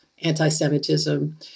anti-Semitism